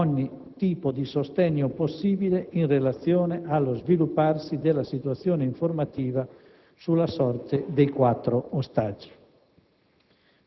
ogni tipo di sostegno possibile in relazione allo svilupparsi della situazione informativa sulla sorte dei quattro ostaggi.